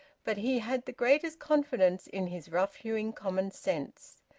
but he had the greatest confidence in his rough-hewing common sense.